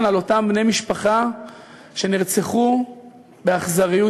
על אותם בני משפחה שנרצחו באכזריות,